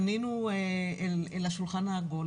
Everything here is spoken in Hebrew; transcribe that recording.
פנינו אל השולחן העגול,